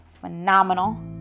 phenomenal